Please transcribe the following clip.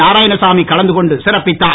நாராயணசாமி கலந்து கொண்டு சிறப்பித்தார்